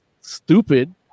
stupid